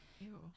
Ew